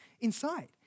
inside